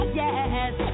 yes